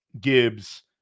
Gibbs